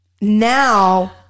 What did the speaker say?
now